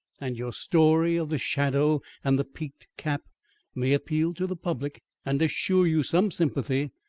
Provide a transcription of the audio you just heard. and your story of the shadow and the peaked cap may appeal to the public and assure you some sympathy,